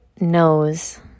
knows